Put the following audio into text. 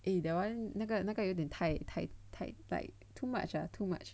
eh that one 那个那个有点太太 like too much ah too much